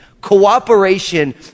Cooperation